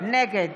נגד